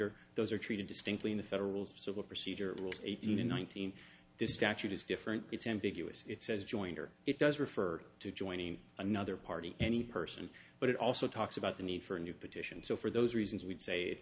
or those are treated distinctly in the federal rules of civil procedure rules eighteen and nineteen this statute is different it's ambiguous it says joint or it does refer to joining another party any person but it also talks about the need for a new petition so for those reasons we'd say